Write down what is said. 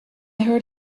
heard